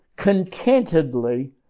contentedly